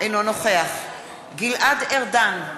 אינו נוכח גלעד ארדן,